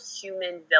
human